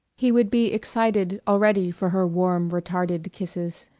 he would be excited already for her warm retarded kisses,